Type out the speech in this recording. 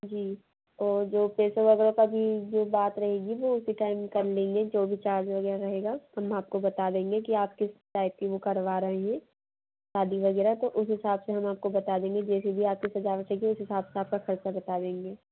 जी और जो पैसे वगैरह का भी जो बात रहेगी वो उसी टाइम कर लेंगे जो भी चार्ज वगैरह रहेगा हम आपको बता देंगे कि आप किस टाइप की वो करवा रही हैं शादी वगैरह तो उस हिसाब से हम आपको बता देंगे जैसे भी आपकी सजावट रहेगी उसी हिसाब से आपका खर्चा बता देंगे